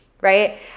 right